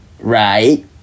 right